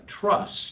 trust